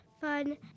fun